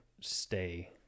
stay